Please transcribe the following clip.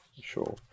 Sure